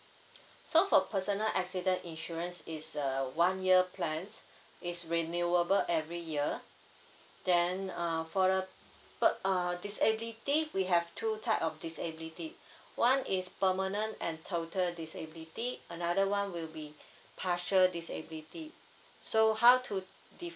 so four personal accident insurance is a one year plans it's renewable every year then uh for the third err disability we have two type of disability one is permanent and total disability another one will be partial disability so how to define